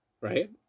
right